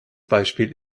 beispiel